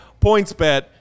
PointsBet